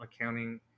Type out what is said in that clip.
accounting